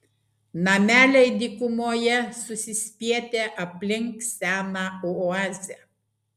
nameliai dykumoje susispietę aplink seną oazę